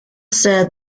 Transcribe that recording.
said